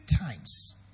times